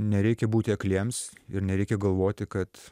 nereikia būti akliems ir nereikia galvoti kad